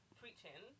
preaching